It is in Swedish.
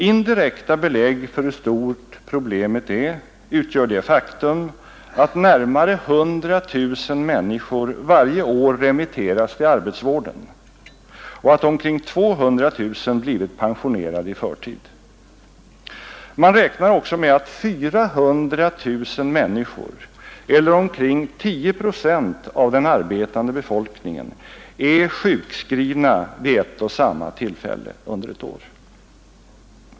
Indirekta belägg för hur stort problemet är utgör det faktum att närmare 100 000 människor varje år remitteras till arbetsvården och att omkring 200 000 blivit pensionerade i förtid. Man räknar också med att 400 000 människor eller omkring 10 procent av den arbetande befolkningen är sjukskrivna vid ett och samma tillfälle.